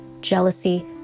jealousy